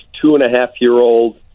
two-and-a-half-year-old